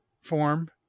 form